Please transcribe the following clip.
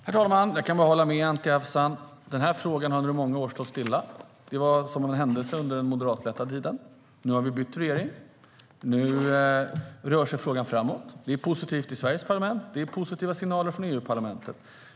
Herr talman! Jag kan bara hålla med Anti Avsan om att denna fråga har stått stilla under många år. Det var, som av en händelse, under den moderatledda tiden. Nu har vi bytt regering, och nu rör sig frågan framåt. Det är positivt i Sveriges parlament, och det är positiva signaler från EU-parlamentet.